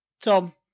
tom